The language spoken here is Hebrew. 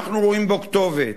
אנחנו רואים בו כתובת.